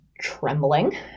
trembling